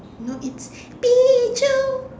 you know it's Pichu